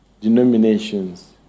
denominations